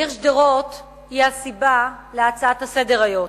העיר שדרות היא הסיבה להצעה לסדר-היום,